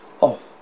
off